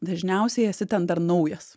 dažniausiai esi ten dar naujas